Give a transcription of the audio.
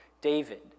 David